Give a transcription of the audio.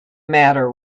matter